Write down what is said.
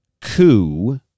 coup